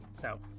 south